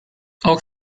auch